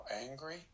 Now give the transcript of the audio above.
angry